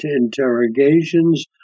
interrogations